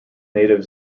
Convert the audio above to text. native